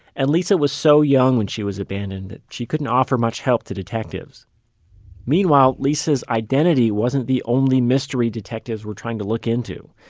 and lisa was so young when she was abandoned, she couldn't offer much help to detectives meanwhile, lisa's identity wasn't the only mystery detectives were trying to look into.